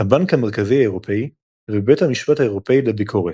הבנק המרכזי האירופי ובית המשפט האירופי לביקורת.